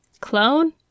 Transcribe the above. Clone